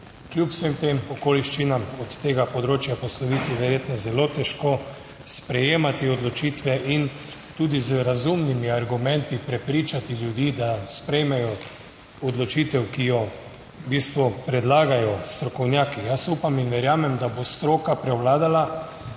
kljub vsem tem okoliščinam od tega področja posloviti, verjetno zelo težko sprejemati odločitve in tudi z razumnimi argumenti prepričati ljudi, da sprejmejo odločitev, ki jo v bistvu predlagajo strokovnjaki. Jaz upam in verjamem, da bo stroka prevladala.